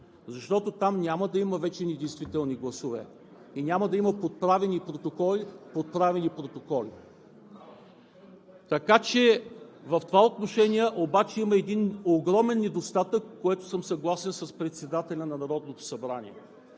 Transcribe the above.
защото там няма да има вече недействителни гласове и няма да има подправени протоколи. В това отношение обаче има един огромен недостатък, с който съм съгласен с председателя на Народното събрание.